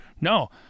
No